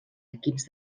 equips